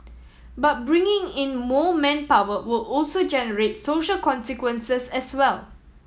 but bringing in more manpower will also generate social consequences as well